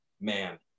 man